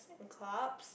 clubs